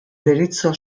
deritzo